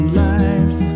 life